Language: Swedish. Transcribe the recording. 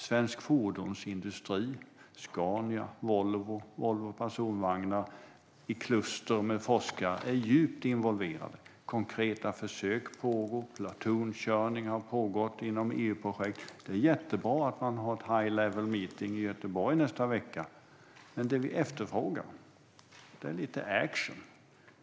Svensk fordonsindustri, Scania, Volvo, Volvo Personvagnar, i kluster med forskare, är djupt involverade. Konkreta försök pågår, platoon-körningar har pågått inom EU-projekt, och det är jättebra att det genomförs ett high-level meeting i Göteborg nästa vecka. Men det vi efterfrågar är lite action.